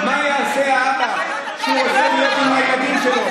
מה יעשה אבא שרוצה להיות עם הילדים שלו?